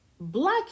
black